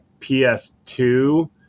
PS2